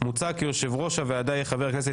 מוצע כי יושב-ראש הוועדה יהיה חבר הכנסת